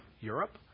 Europe